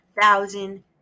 thousand